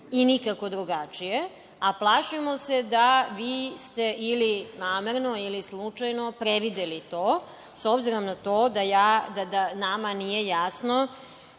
i nikako drugačije, a plašimo se da vi ste ili namerno ili slučajno prevideli to, s obzirom na to da nama nije jasno